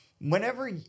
Whenever